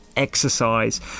Exercise